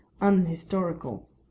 unhistorical